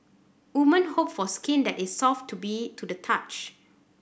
woman hope for skin that is soft to be to the touch